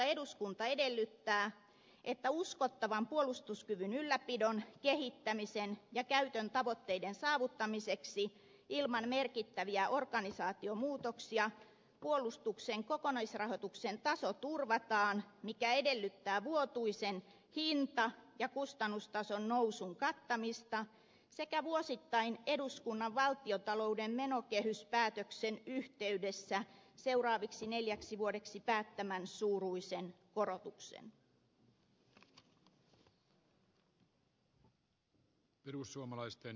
eduskunta edellyttää että uskottavan puolustuskyvyn ylläpidon kehittämisen ja käytön tavoitteiden saavuttamiseksi ilman merkittäviä organisaatiomuutoksia puolustuksen kokonaisrahoituksen taso turvataan mikä edellyttää vuotuisen hinta ja kustannustason nousun kattamista sekä vuosittain eduskunnan valtiontalouden menokehyspäätöksen yhteydessä seuraaviksi neljäksi vuodeksi päättämän suuruisen korotuksen